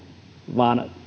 vaan